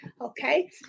Okay